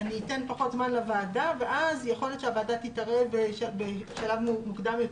את תתני פחות זמן לוועדה ואז יכול להיות שהוועדה תתערב בשלב מוקדם יותר.